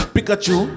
Pikachu